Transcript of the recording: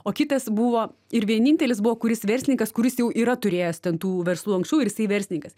o kitas buvo ir vienintelis buvo kuris verslininkas kuris jau yra turėjęs ten tų verslų anksčiau ir jisai verslininkas